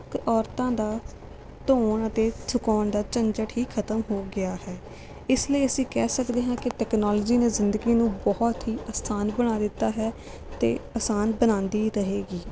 ਔਰਤਾਂ ਦਾ ਧੋਣ ਅਤੇ ਸੁਕਾਉਣ ਦਾ ਝੰਜਟ ਹੀ ਖ਼ਤਮ ਹੋ ਗਿਆ ਹੈ ਇਸ ਲਈ ਅਸੀਂ ਕਹਿ ਸਕਦੇ ਹਾਂ ਕਿ ਤਕਨਾਲੋਜੀ ਨੇ ਜ਼ਿੰਦਗੀ ਨੂੰ ਬਹੁਤ ਹੀ ਆਸਾਨ ਬਣਾ ਦਿੱਤਾ ਹੈ ਅਤੇ ਆਸਾਨ ਬਣਾਉਂਦੀ ਰਹੇਗੀ